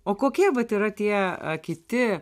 o kokie vat yra tie kiti